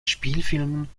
spielfilmen